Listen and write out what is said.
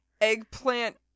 eggplant